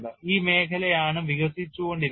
ഈ മേഖലയാണ് വികസിച്ചുകൊണ്ടിരിക്കുന്നത്